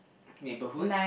neighbourhood